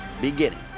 beginning